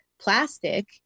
plastic